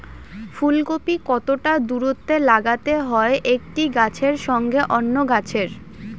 ফুলকপি কতটা দূরত্বে লাগাতে হয় একটি গাছের সঙ্গে অন্য গাছের?